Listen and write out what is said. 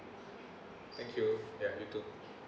thank you ya you too